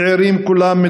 צעירים כולם,